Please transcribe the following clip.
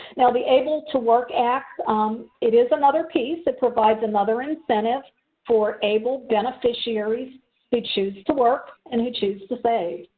and the able to work act um is another piece that provides another incentive for able beneficiaries to choose to work and who choose to say.